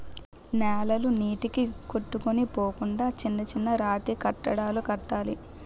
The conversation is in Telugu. నేలలు నీటికి కొట్టుకొని పోకుండా చిన్న చిన్న రాతికట్టడాలు కట్టాలి